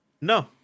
No